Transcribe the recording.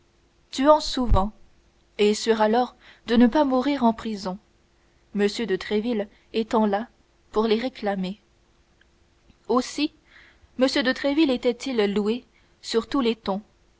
tuant souvent et sûrs alors de ne pas moisir en prison m de tréville étant là pour les réclamer aussi m de tréville était-il loué sur tous les tons